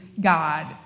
God